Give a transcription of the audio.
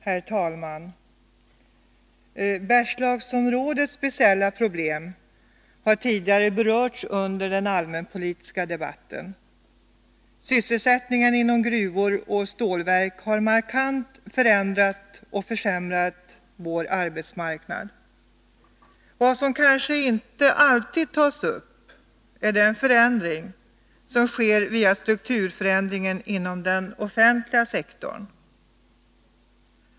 Herr talman! Bergslagsområdets speciella problem har berörts tidigare i den allmänpolitiska debatten. Sysselsättningen inom gruvor och stålverk har markant förändrat och försämrat vår arbetsmarknad. Men vad som kanske inte alltid tas upp är den förändring som sker via strukturförändringen inom den offentliga sektorn.